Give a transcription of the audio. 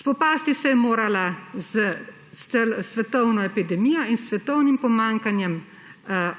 Spopasti se je morala s svetovno epidemijo in svetovnim pomanjkanjem